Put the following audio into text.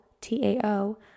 T-A-O